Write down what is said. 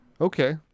Okay